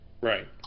Right